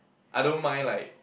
I don't mind like